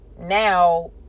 now